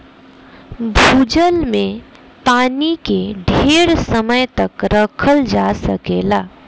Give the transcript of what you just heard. भूजल के पानी के ढेर समय तक रखल जा सकेला